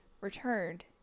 returned